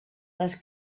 les